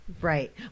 Right